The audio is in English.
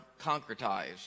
concretized